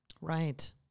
Right